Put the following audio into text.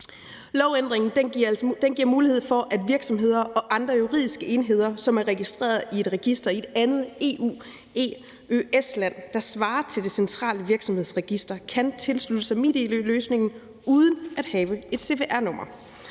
Lovændringen giver mulighed for, at virksomheder og andre juridiske enheder, som er registreret i et register i et andet EU-/EØS-land, der svarer til Det Centrale Virksomhedsregister, kan tilslutte sig MitID-løsningen uden at have et cvr-nummer.